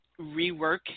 rework